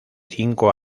cinco